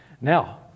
Now